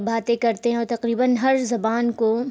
باتیں کرتے ہیں اور تقریباً ہر زبان کو